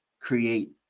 create